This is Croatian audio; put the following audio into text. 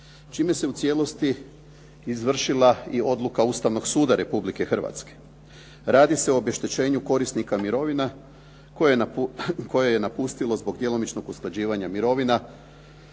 čime se u cijelosti izvršila i odluka Ustavnog suda Republike Hrvatske. Radi se o obeštećenju korisnika mirovina koje je napustilo zbog djelomičnog usklađivanja mirovina